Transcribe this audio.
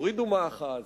הורידו מאחז,